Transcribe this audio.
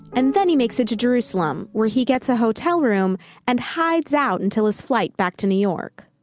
and then he makes it to jerusalem, where he gets a hotel room and hides out until his flight back to new york.